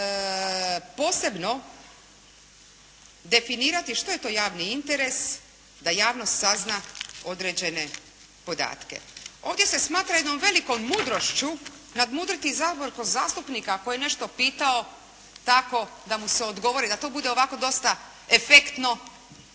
posebno definirati što je to javni interes da javnost sazna određene podatke. Ovdje se smatra jednom velikom mudrošću nadmudriti zapravo zastupnika koji je nešto pitao kako da mu se odgovori da to bude ovako dosta efektno